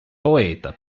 poeta